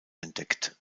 entdeckt